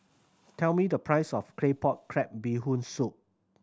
tell me the price of Claypot Crab Bee Hoon Soup